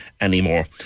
anymore